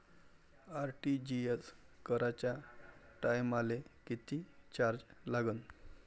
RTGS कराच्या टायमाले किती चार्ज लागन?